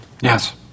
Yes